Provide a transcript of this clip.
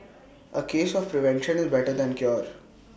A case of prevention is better than cured